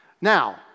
Now